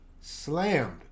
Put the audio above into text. slammed